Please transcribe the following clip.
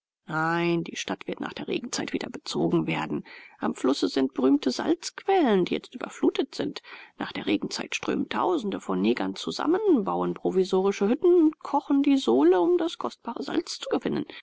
nein die stadt wird nach der regenzeit wieder bezogen werden am flusse sind berühmte salzquellen die jetzt überflutet sind nach der regenzeit strömen tausende von negern zusammen bauen provisorische hütten und kochen die sole um das kostbare salz zu gewinnen